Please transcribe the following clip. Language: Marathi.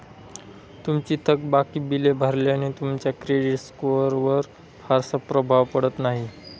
तुमची थकबाकी बिले भरल्याने तुमच्या क्रेडिट स्कोअरवर फारसा प्रभाव पडत नाही